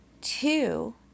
two